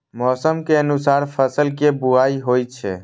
मौसम के अनुसार फसल के बुआइ होइ छै